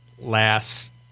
last